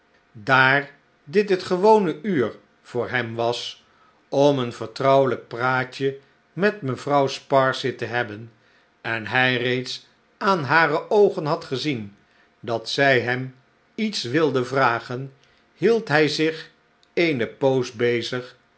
daar dit het gewone uur voor hem was om een vertrouwelijk praatje met mevrouw sparsit te hebben en hij reeds aan hare oogen had gezien dat zij hem iets wilde vragen hield hij zich eene poos bezig